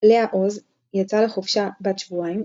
לאה עוז יצאה לחופשה בת שבועיים,